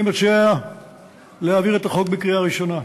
אני מציע להעביר את החוק בקריאה ראשונה.